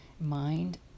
mind